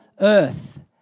earth